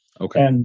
Okay